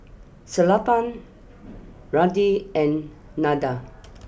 Sellapan Ramdev and Nandan